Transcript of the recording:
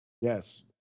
Yes